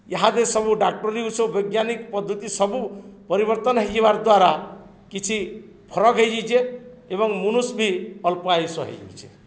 ଇହାଦେ ସବୁ ଡ଼ାକ୍ଟରୀ ସବୁ ବୈଜ୍ଞାନିକ ପଦ୍ଧତି ସବୁ ପରିବର୍ତ୍ତନ ହୋଇଯିବାର ଦ୍ୱାରା କିଛି ଫରକ ହେଇଯାଇଛେ ଏବଂ ମନୁଷ୍ ବି ଅଳ୍ପ ଆୟୁଷ ହୋଇଯାଉଛେ